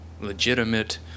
legitimate